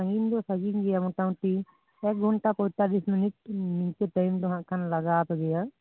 ᱥᱟᱹᱝᱜᱤᱧ ᱫᱚ ᱥᱟᱹᱝᱜᱤᱧ ᱜᱮᱭᱟ ᱢᱚᱴᱟ ᱢᱩᱴᱤ ᱮᱠ ᱜᱷᱚᱱᱴᱟ ᱯᱚᱭᱛᱟᱞᱤᱥ ᱢᱤᱱᱤᱴ ᱱᱤᱝᱠᱟ ᱴᱟᱭᱤᱢ ᱫᱚᱦᱷᱟᱸᱜ ᱠᱷᱟᱱ ᱞᱟᱜᱟᱣᱟᱯᱮᱜᱮᱭᱟ